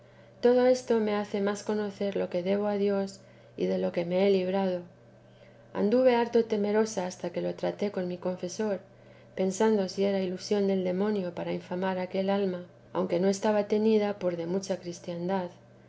todo esto me hace más conocer lo que debo a dios y de lo que me ha librado anduve harto temorosa hasta que lo traté con mi confesor pensando si era ilusión del demonio para infamar aquel alma aunque no estaba tenida por de mucha cristiandad